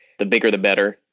the bigger the better.